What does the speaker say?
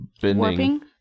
bending